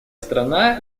страна